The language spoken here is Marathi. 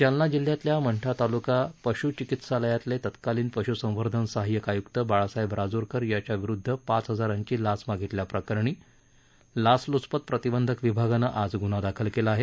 जालना जिल्ह्यातल्या मंठा ताल्का पश् चिकित्सालयातले तत्कालीन पश्संवर्धन सहायक आय्क्त बाळासाहेब राजूरकर याच्याविरुध्द पाच हजारांची लाच मागितल्याप्रकरणी लाचलूचपत प्रतिबंधक विभागानं आज ग्न्हा दाखल केला आहे